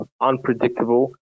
unpredictable